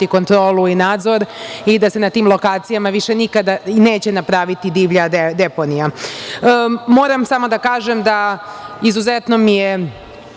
kontrolu i nadzor i da se na tim lokacijama više nikada neće napraviti divlja deponija. Moram samo da kažem da mi je